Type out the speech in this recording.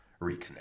reconnect